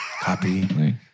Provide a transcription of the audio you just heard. copy